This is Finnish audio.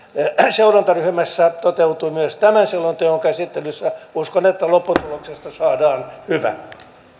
seurantaryhmässä toteutuu myös tämän selonteon käsittelyssä uskon että lopputuloksesta saadaan hyvä